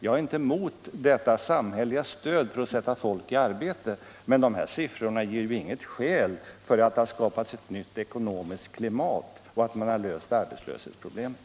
Jag är inte mot detta samhälleliga stöd för att sätta folk i arbete, men de här siffrorna ger ju inget skäl för att påstå att det har skapats ett nytt ekonomiskt klimat och att man har löst arbetslöshetsproblemet.